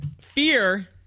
Fear